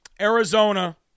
Arizona